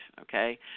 okay